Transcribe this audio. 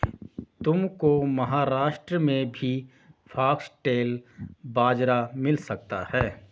तुमको महाराष्ट्र में भी फॉक्सटेल बाजरा मिल सकता है